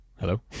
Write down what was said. Hello